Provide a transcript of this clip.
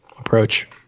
approach